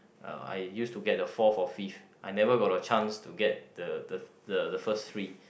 uh I used to get the fourth or fifth I never got the chance to get the the the first three